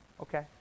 Okay